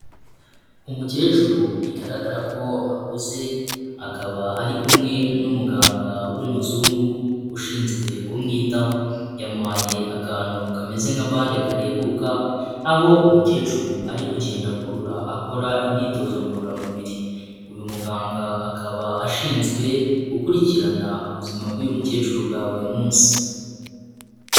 Umukecuru bigaragara ko akuze, akaba ari kumwe n'umuganga w'umuzungu ushinzwe kumwitaho. Yamuhaye akantu kameze nka bande kareguka, aho umukecuru ari kugenda akurura akora imyitozo ngororamubiri. Uyu muganga akaba ashinzwe, gukurikirana ubuzima bw'uyu mukecuru bwa buri munsi.